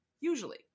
usually